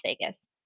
Vegas